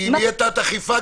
אם יהיה תת-אכיפה,